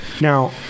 Now